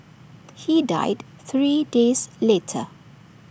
he died three days later